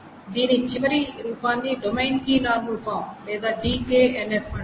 దీని చివరి రూపాన్ని డొమైన్ కీ నార్మల్ ఫామ్ లేదా DKNF అంటారు